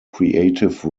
creative